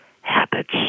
habits